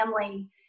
family